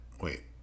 Wait